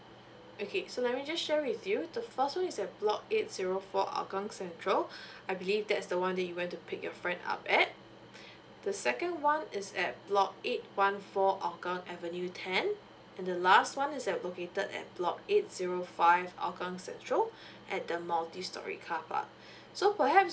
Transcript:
okay so let me just share with you the first one is at block eight zero four hougang central I believe that's the one that you went to pick your friend up at the second one is at block eight one four hougang avenue ten and the last one is that located at block eight zero five hougang central at the multi storey carpark so perhaps